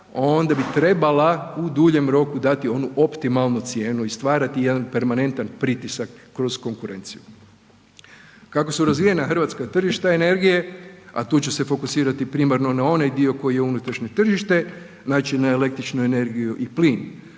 onda bi trebala u duljem roku dati onu optimalnu cijenu i stvarati jedan permanentan pritisak kroz konkurenciju. Kako su razvijena hrvatska tržišta energije, a tu ću se fokusirati primarno na onaj dio koji je unutrašnje tržište, znači na električnu energiju i plin.